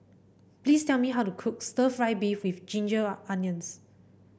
please tell me how to cook stir fry beef with Ginger Onions